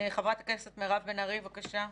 חברת הכנסת מירב בן ארי, בבקשה.